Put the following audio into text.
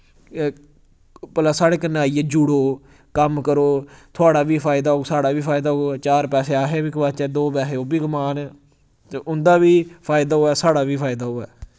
भला साढ़े कन्नै आइयै जुड़ो कम्म करो थुआढ़ा बी फायदा होग साढ़ा होए चार पैसे अस बी कमाचै दो पैहे ओह् बी कमान ते उं'दा बी फायदा होऐ साढ़ा बी फायदा होऐ